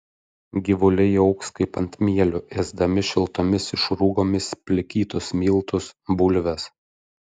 gyvuliai augs kaip ant mielių ėsdami šiltomis išrūgomis plikytus miltus bulves